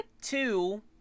Two